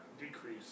decrease